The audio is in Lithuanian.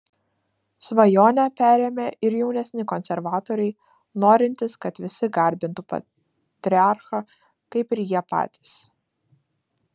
svajonę perėmė ir jaunesni konservatoriai norintys kad visi garbintų patriarchą kaip ir jie patys